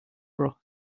broth